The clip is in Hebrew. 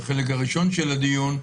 בחלק הראשון של הדיון.